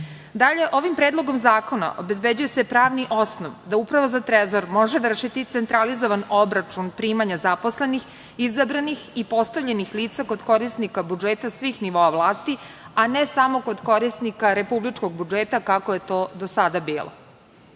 periodu. Ovim predlogom zakona se obezbeđuje pravni osnov da Uprava za trezor može vršiti centralizovan obračun primanja zaposlenih izabranih i postavljenih lica kod korisnika budžeta svih nivoa vlasti, a ne samo kod korisnika republičkog budžeta kako je to do sada bilo.U